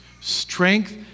strength